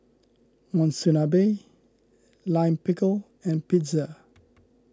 Monsunabe Lime Pickle and Pizza